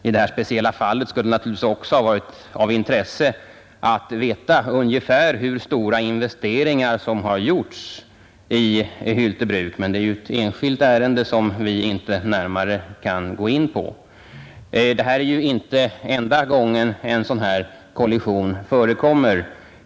I det här fallet skulle det också ha varit av intresse att veta ungefär hur stora investeringar som har gjorts i Hylte Bruk, men det är ett enskilt ärende som vi inte närmare kan gå in på. Det är inte enda gången en sådan här kollision förekommer.